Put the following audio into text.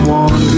one